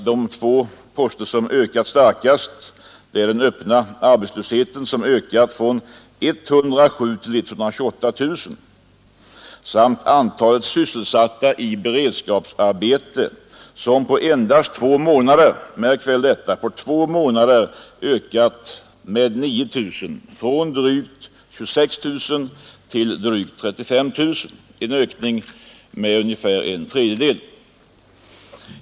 De två poster som ökat starkast är den öppna arbetslösheten, som ökat från 107 000 till 128 000, samt antalet sysselsatta i beredskapsarbete, som på endast två månader — märk väl detta — ökat med 9 000 från drygt 26 000 till drygt 35 000, en ökning med ungefär en tredjedel.